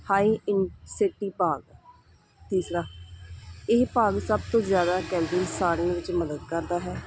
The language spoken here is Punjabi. ਹਾਈ ਇੰਸਿਟੀ ਭਾਗ ਤੀਸਰਾ ਇਹ ਭਾਗ ਸਭ ਤੋਂ ਜ਼ਿਆਦਾ ਕੈਲਰੀ ਸਾੜਨ ਵਿੱਚ ਮਦਦ ਕਰਦਾ ਹੈ